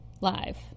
Live